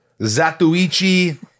Zatuichi